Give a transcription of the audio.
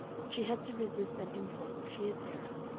she had to resist an impulse of sheer terror,